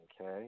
Okay